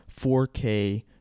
4K